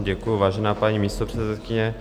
Děkuji, vážená paní místopředsedkyně.